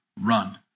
run